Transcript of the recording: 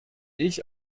ich